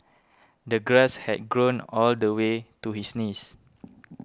the grass had grown all the way to his knees